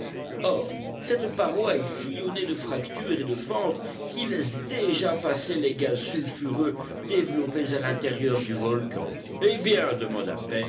or cette paroi est sillonnée de fractures et de fentes qui laissent déjà passer les gaz sulfureux développés à l'intérieur du volcan eh bien demanda